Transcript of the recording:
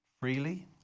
freely